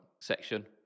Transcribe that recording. section